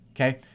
okay